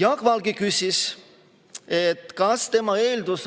Jaak Valge küsis, kas on õige tema eeldus,